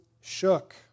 shook